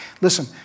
Listen